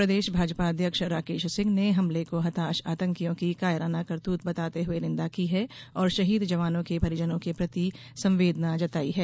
प्रदेश भाजपा अध्यक्ष राकेश सिंह ने हमले को हताश आतंकियों की कायराना करतूत बताते हुए निंदा की है और शहीद जवानों के परिजनों के प्रति संवेदना जताई है